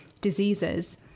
diseases